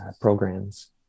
programs